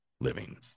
living